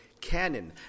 canon